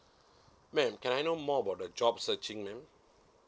ma'am can I know more about the job searching now